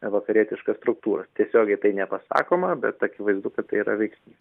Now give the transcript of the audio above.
vakarietiškas struktūras tiesiogiai tai nepasakoma bet akivaizdu kad tai yra veiksnys